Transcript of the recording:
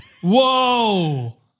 Whoa